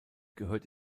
gehört